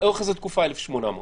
ממתי 1,800?